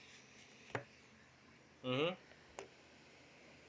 mmhmm